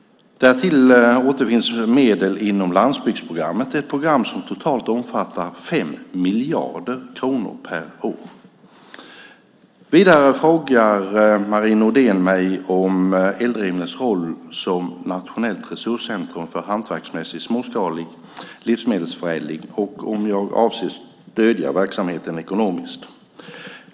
Därtill återfinns medel inom landsbygdsprogrammet, ett program som totalt omfattar 5 miljarder kronor per år. Vidare frågar Marie Nordén mig om Eldrimners roll som nationellt resurscentrum för hantverksmässig småskalig livsmedelförädling och om jag avser att stödja verksamheten ekonomiskt.